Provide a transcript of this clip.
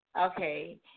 okay